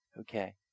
okay